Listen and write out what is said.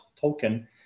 token